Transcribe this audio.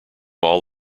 all